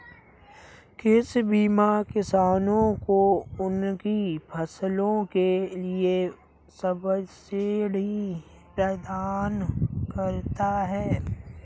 कृषि बीमा किसानों को उनकी फसलों के लिए सब्सिडी प्रदान करता है